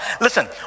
listen